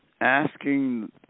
asking